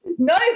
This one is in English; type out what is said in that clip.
No